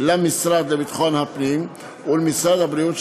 למשרד לביטחון הפנים ולמשרד הבריאות,